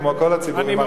כמו כל הציבורים האחרים.